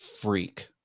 freak